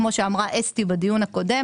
כמו שאמרה אסתי בדיון הקודם